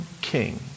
king